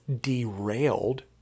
derailed